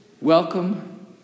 welcome